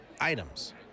items